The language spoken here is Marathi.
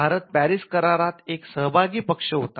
भारत पॅरिस करारात एक सहभागी पक्ष होता